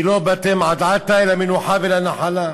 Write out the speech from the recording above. כי לא באתם עד עתה אל המנוחה והנחלה.